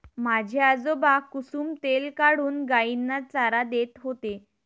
माझे आजोबा कुसुम तेल काढून गायींना चारा देत होते